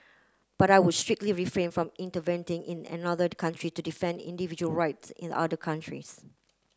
but I would strictly refrain from in another country to defend individual rights in the other countries